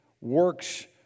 works